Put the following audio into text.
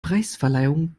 preisverleihung